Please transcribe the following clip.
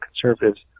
conservatives